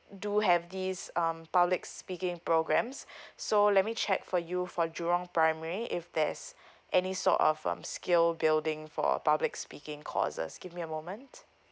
do have this um public speaking programs so let me check for you for jurong primary if there's any sort of um skill building for public speaking courses give me a moment